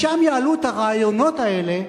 משם יעלו את הרעיונות האלה,